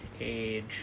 age